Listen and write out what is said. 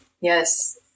Yes